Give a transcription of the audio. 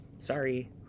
Sorry